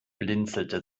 blinzelte